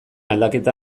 aldaketa